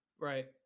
right